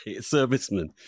servicemen